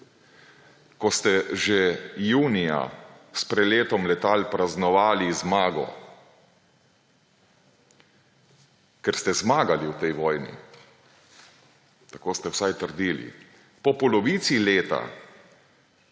ko ste že junija s preletom letal praznovali zmago, ker ste zmagali v tej vojni. Tako ste vsaj trdili. Po polovici leta